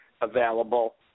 available